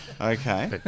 Okay